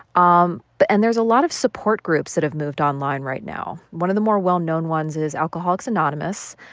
um but and there's a lot of support groups that have moved online right now. one of the more well-known ones is alcoholics anonymous.